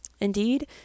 Indeed